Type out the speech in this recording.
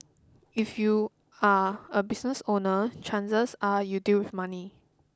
if you're a business owner chances are you deal with money